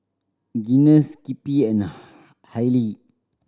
Guinness Skippy and Haylee